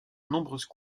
nombreuses